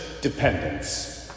dependence